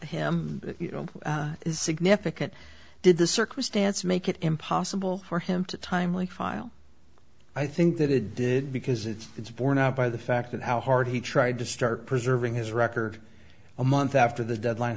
him is significant did the circumstance make it impossible for him to timely file i think that it did because it's borne out by the fact that how hard he tried to start preserving his record a month after the deadline